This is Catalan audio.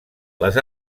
les